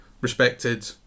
respected